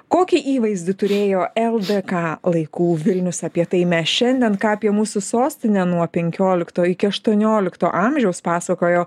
kokį įvaizdį turėjo ldk laikų vilnius apie tai mes šiandien ką apie mūsų sostinę nuo penkiolikto iki aštuoniolikto amžiaus pasakojo